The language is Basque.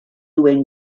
duen